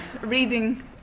reading